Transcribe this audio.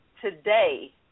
today